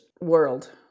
world